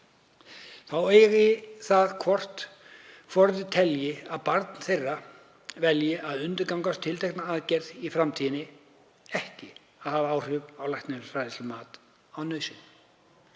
þá eigi það hvort foreldrar telji að barn þeirra velji að undirgangast tiltekna aðgerð í framtíðinni ekki að hafa áhrif á læknisfræðilegt mat á nauðsyn.